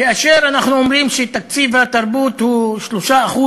כאשר אנחנו אומרים שתקציב התרבות הוא 3%